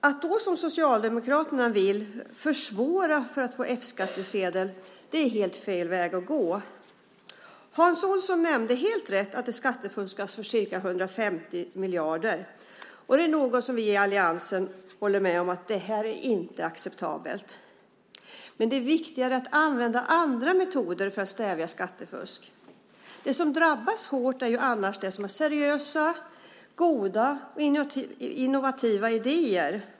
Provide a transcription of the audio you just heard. Att då, som Socialdemokraterna vill, försvåra att få F-skattsedel är helt fel väg att gå. Hans Olsson nämnde helt rätt att det skattefuskas för ca 150 miljarder. Det är något som vi i alliansen håller med om inte är acceptabelt. Men det är viktigare att använda andra metoder för att stävja skattefusk. Det som annars drabbas hårt är seriösa, goda och innovativa idéer.